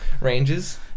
Ranges